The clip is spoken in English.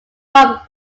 prop